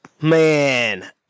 Man